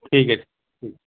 ٹھیک ہے ٹھیک